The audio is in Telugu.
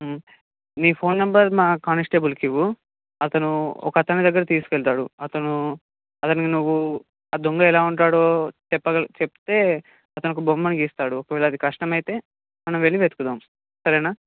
మీ ఫోన్ నెంబర్ మా కానిస్టేబుల్కివ్వు అతను ఒకతని దగ్గరకు తీసుకెళ్తాడు అతను అతని నువ్వు ఆ దొంగ ఎలాగుంటాడో చెప్పగ చెప్తే అతనొక బొమ్మని గీస్తాడు ఒకవేళది కష్టమైతే మనం వెళ్ళి వెతుకుదాం సరేనా